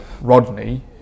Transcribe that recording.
Rodney